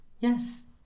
Yes